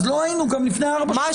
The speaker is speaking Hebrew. אז לא היינו גם לפני ארבע שנים במצוקה.